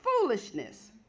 foolishness